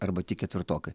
arba tik ketvirtokai